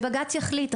שבג"ץ יחליט.